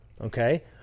okay